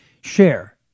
share